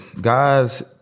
guys